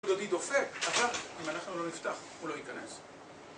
קול דודי דופק, אבל אם אנחנו לא נפתח, הוא לא יכנס